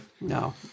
No